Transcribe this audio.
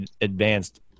advanced